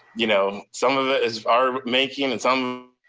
you know some of it is our making and some